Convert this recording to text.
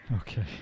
Okay